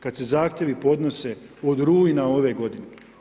Kad se zahtjevi podnose od rujna ove godine.